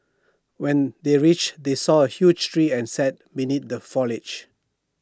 when they reached they saw A huge tree and sat beneath the foliage